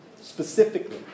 specifically